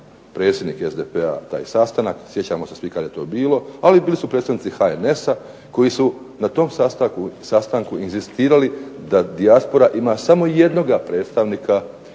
predsjednik SDP-a taj sastanak, sjećamo se svi kada je to bilo, ali bili su predstavnici HNS-a koji su na tom sastanku inzistirali da dijaspora ima samo jednoga predstavnika